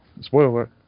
Spoiler